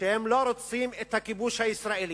שהם לא רוצים את הכיבוש הישראלי.